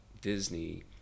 Disney